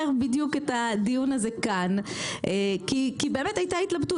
בדיוק את הדיון הזה כאן כי באמת הייתה התלבטות.